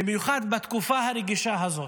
במיוחד בתקופה הרגישה הזאת.